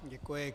Děkuji.